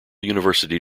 university